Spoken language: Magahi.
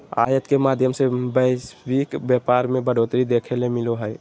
आयात के माध्यम से वैश्विक व्यापार मे बढ़ोतरी देखे ले मिलो हय